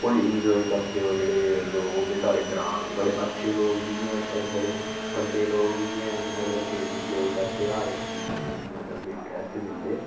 फुल enjoy करदे ओह् जेह्डे़ लोग होंदे साढ़े ग्रांऽ दे बड़े अच्छे लोग बी हैन बड़े गंदे लोग बी हैन मतलब की एन्जॉय करदे हर इक चीज़ गी मतलब की इंटरस्ट दिंदे